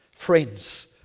Friends